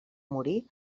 morir